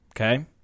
okay